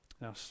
Now